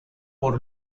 por